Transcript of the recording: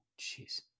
Jeez